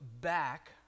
back